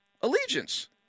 allegiance